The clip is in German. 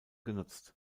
genutzt